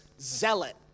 zealot